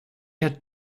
had